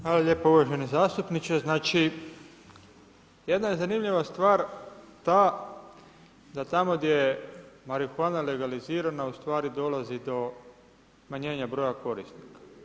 Hvala lijepo uvaženi zastupniče, znači jedna je zanimljiva stvar ta da tamo gdje je marihuana legalizirana ustvari dolazi do smanjenja broja korisnika.